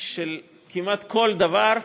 שכמעט כל דבר,